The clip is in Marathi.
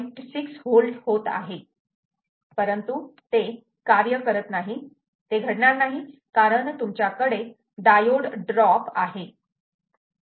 6 V होत आहे परंतु ते कार्य करत नाही ते घडणार नाही कारण तुमच्याकडे डायोड ड्रॉप आहे